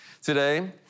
today